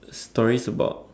stories about